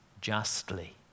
justly